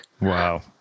Wow